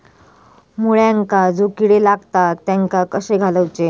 मुळ्यांका जो किडे लागतात तेनका कशे घालवचे?